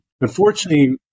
Unfortunately